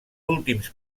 últims